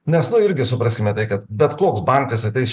nes nu irgi supraskime tai kad bet koks bankas ateis